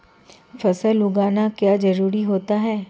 फसल उगाना क्यों जरूरी होता है?